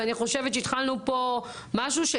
ואני חושבת שהתחלנו פה משהו,